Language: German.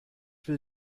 will